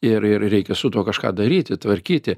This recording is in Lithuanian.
ir ir reikia su tuo kažką daryti tvarkyti